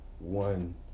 one